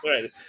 right